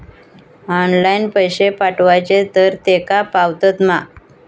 Online पैसे पाठवचे तर तेका पावतत मा?